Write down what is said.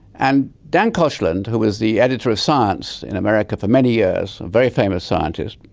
and dan koshland, who was the editor of science in america for many years, very famous scientist,